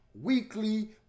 weekly